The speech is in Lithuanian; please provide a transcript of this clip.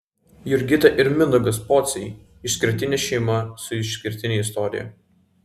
jurgita ir mindaugas pociai išskirtinė šeima su išskirtine istorija